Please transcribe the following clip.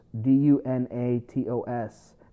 D-U-N-A-T-O-S